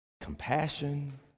compassion